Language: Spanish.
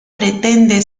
pretende